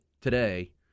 today